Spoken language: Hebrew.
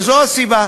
וזאת הסיבה,